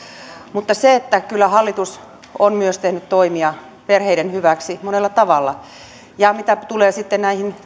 mutta kyllä hallitus on myös tehnyt toimia perheiden hyväksi monella tavalla mitä tulee sitten näihin